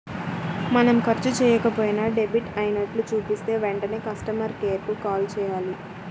మనం ఖర్చు చెయ్యకపోయినా డెబిట్ అయినట్లు చూపిస్తే వెంటనే కస్టమర్ కేర్ కు కాల్ చేయాలి